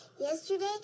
yesterday